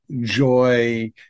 joy